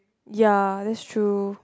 ya that's true